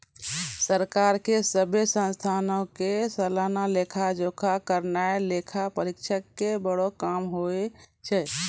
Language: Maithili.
सरकार के सभ्भे संस्थानो के सलाना लेखा जोखा करनाय लेखा परीक्षक के बड़ो काम होय छै